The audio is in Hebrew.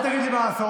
אל תגיד לי מה לעשות.